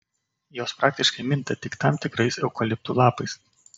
jos praktiškai minta tik tam tikrais eukaliptų lapais